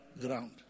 ground